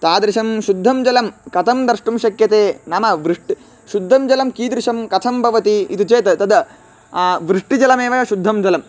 तादृशं शुद्धं जलं कथं द्रष्टुं शक्यते नाम वृष्टिः शुद्धं जलं कीदृशं कथं भवति इति चेत् तद् वृष्टिजलमेव शुद्धं जलं